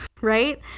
right